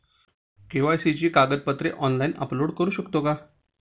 KYC ची कागदपत्रे online upload करू शकतो का?